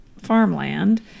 Farmland